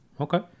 Okay